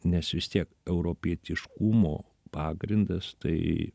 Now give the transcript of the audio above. nes vis tiek europietiškumo pagrindas tai